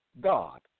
God